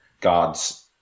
God's